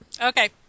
Okay